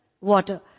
water